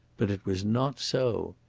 but it was not so.